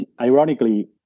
Ironically